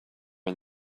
and